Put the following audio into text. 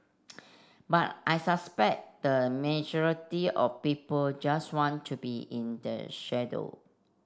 but I suspect the majority of people just want to be in the shadow